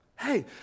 Hey